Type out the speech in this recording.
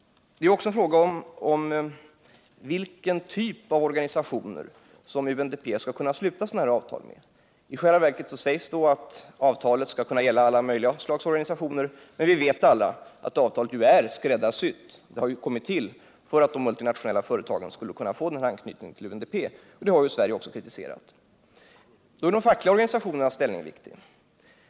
Det är också en fråga om vilken typ av organisationer som UNDP skall sluta sådana här avtal med. I själva verket sägs att avtalet skall kunna gälla alla möjliga slags organisationer, men vi vet alla att avtalet är skräddarsytt för att de multinationella företagen skall få denna anknytning till UNDP — avtalet har kommit till i den avsikten. Det har ju Sverige kritiserat. I det sammanhanget blir de fackliga organisationernas ställning viktig.